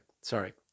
sorry